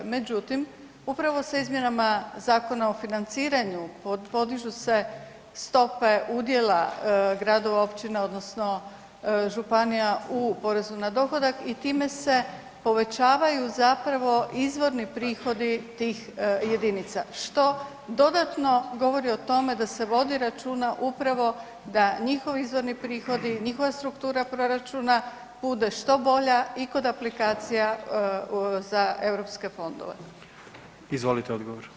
Međutim, upravo se izmjenama zakona o financiranju podižu se stope udjela gradova, općina, odnosno županija u porezu na dohodak i time se povećavaju zapravo izvorni prihodi tih jedinice što dodatno govori o tome da se vodi računa upravo ad njihovi izvorni prihodi, njihova struktura proračuna bude što bolja i kod aplikacija za europske fondove.